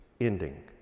ending